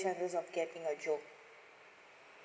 chances of getting a job